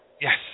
Yes